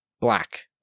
black